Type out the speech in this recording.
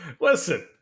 Listen